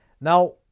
Now